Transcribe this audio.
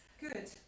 Good